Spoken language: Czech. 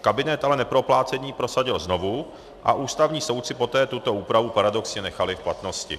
Kabinet ale neproplácení prosadil znovu a ústavní soudci poté tuto úpravu paradoxně nechali v platnosti.